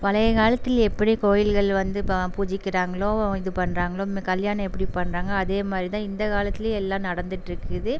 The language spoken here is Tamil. பழைய காலத்தில் எப்படி கோயில்கள் வந்து இப்போ பூஜிக்கிறாங்களோ இது பண்ணுறாங்களோ இந்த கல்யாணம் எப்படி பண்றாங்க அதே மாதிரி தான் இந்த காலத்துலையும் எல்லாம் நடந்துகிட்ருக்குது